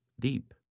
deep